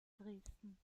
dresden